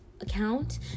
account